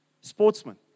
Sportsman